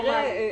נכון.